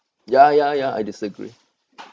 ya ya ya I disagree